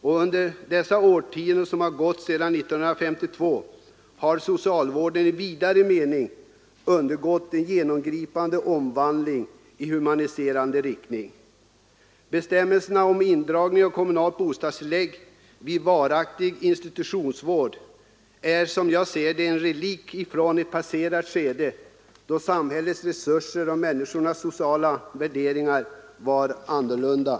Under dessa årtionden som har förflutit sedan 1952 har emellertid socialvården i vidare mening undergått en genomgripande omvandling i humaniserande riktning. Bestämmelserna om indragning av kommunalt bostadstillägg vid ”varaktig” institutionsvård är, som jag ser det, en relikt från ett passerat skede då samhällets resurser och människors sociala värderingar var annorlunda.